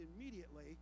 immediately